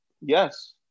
Yes